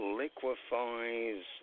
liquefies